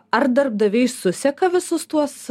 ar darbdaviai suseka visus tuos